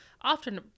often